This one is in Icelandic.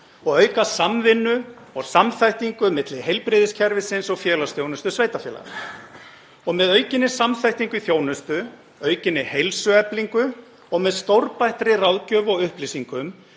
og auka samvinnu og samþættingu milli heilbrigðiskerfisins og félagsþjónustu sveitarfélaga. Með aukinni samþættingu í þjónustu, aukinni heilsueflingu og með stórbættri ráðgjöf og upplýsingum